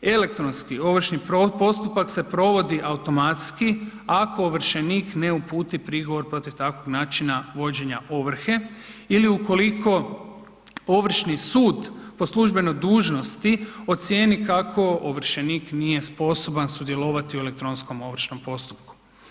Elektronski ovršni postupak se providi automatski, ako ovršenik ne uputi prigovor protiv takvog načina vođenja ovrhe ili ukoliko ovršni sud po službenoj dužnosti ocijeni kako ovršenik nije sposoban sudjelovati u elektronskom ovršnog postupku.